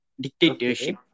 dictatorship